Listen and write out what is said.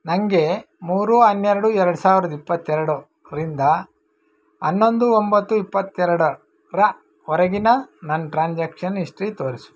ನನಗೆ ಮೂರು ಹನ್ನೆರಡು ಎರಡು ಸಾವಿರದ ಇಪ್ಪತ್ತೆರಡರಿಂದ ಹನ್ನೊಂದು ಒಂಬತ್ತು ಇಪ್ಪತ್ತೆರಡರವರೆಗಿನ ನನ್ನ ಟ್ರಾನ್ಸಾಕ್ಷನ್ ಹಿಸ್ಟ್ರಿ ತೋರಿಸು